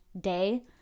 day